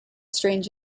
strange